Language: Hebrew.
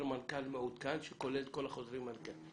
מנכ"ל מעודכן שכולל את כל חוזרי מנכ"ל,